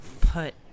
put